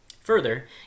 Further